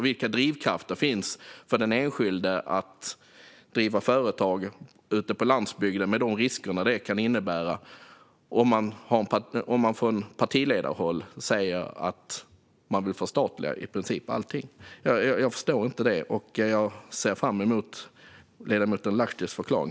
Vilka drivkrafter finns för den enskilde att driva företag ute på landsbygden med de risker det kan innebära om man från partiledarhåll säger att man vill förstatliga i princip allting? Jag förstår inte detta, och jag ser fram emot ledamoten Lahtis förklaring.